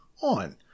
on